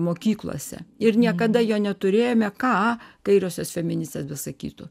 mokyklose ir niekada jo neturėjome ką kairiosios feministės besakytų